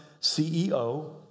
CEO